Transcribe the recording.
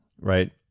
right